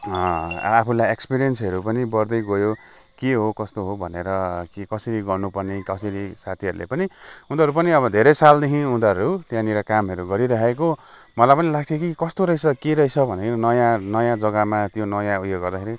आफूलाई एक्सपिरिएन्सहरू पनि बढ्दै गयो के हो कस्तो हो भनेर के कसरी गर्नु पर्ने कसरी साथीहरूले पनि उनीहरू पनि अब धेरै सालदेखि उनीहरू त्यहाँनिर कामहरू गरिराखेको मलाई पनि लाग्थ्यो कि कस्तो रहेछ के रहेछ भनेर नयाँ नयाँ जग्गामा त्यो नयाँ उयो गर्दाखेरि